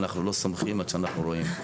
אנחנו לא סומכים עד שאנחנו רואים.